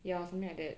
ya something like that